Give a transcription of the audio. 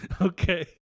Okay